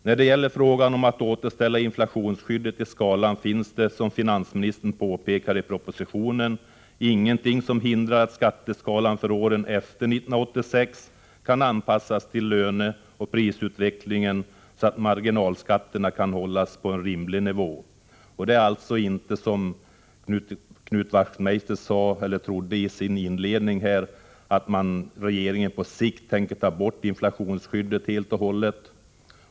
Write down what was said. När det gäller frågan om att återställa inflationsskyddet i skatteskalan finns det, som finansministern påpekar i propositionen, ingenting som hindrar att skatteskalan för åren efter 1986 kan anpassas till löneoch prisutvecklingen, så att marginalskatterna kan hållas på en rimlig nivå. Det är alltså inte så, som Knut Wachtmeister trodde i sin inledning, att regeringen på sikt tänker ta bort inflationsskyddet helt och hållet.